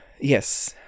Yes